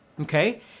okay